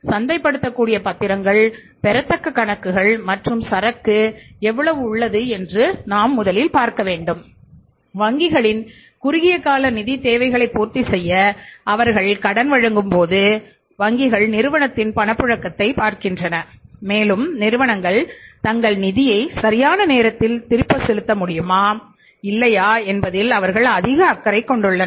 சந்தைப்படுத்தக்கூடிய பத்திரங்கள் பெறத்தக்க கணக்குகள் மற்றும் சரக்கு எவ்வளவு உள்ளது என்று பார்க்க வேண்டும் வங்கிகளின் குறுகிய கால நிதித் தேவைகளை பூர்த்தி செய்ய அவர்கள் கடன் வழங்கும் போது வங்கிகள் நிறுவனத்தின் பணப்புழக்கத்தைப் பார்க்கின்றன மேலும் நிறுவனம் தங்கள் நிதியை சரியான நேரத்தில் திருப்பிச் செலுத்த முடியுமா இல்லையா என்பதில் அவர்கள் அதிக அக்கறை கொண்டுள்ளனர்